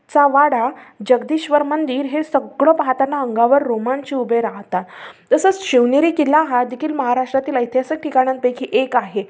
चा वाडा जगदीश्वर मंदिर हे सगळं पाहताना अंगावर रोमांच उभे राहतात तसंच शिवनेरी किल्ला हा देखील महाराष्ट्रातील ऐतिहासिक ठिकाणांपैकी एक आहे